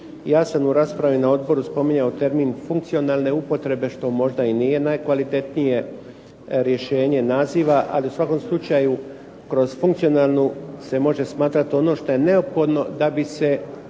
ja sam u raspravi na odboru spominjao termin funkcionalne upotrebe što možda i nije najkvalitetnije rješenje naziva, ali u svakom slučaju kroz funkcionalnu se može smatrati ono šta je neophodno da bi se